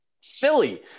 silly